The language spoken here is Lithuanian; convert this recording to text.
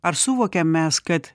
ar suvokiam mes kad